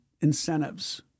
incentives